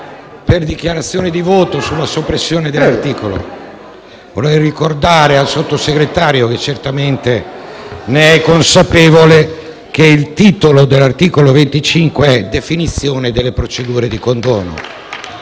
Presidente, intervengo sulla soppres- sione dell’articolo. Vorrei ricordare al Sottosegretario, che certamente ne è consapevole, che il titolo dell’articolo 25 è: «Definizione delle procedure di condono».